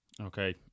okay